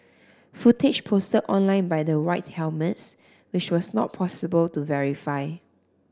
footage posted online by the White Helmets which was not possible to verify